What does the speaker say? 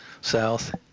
south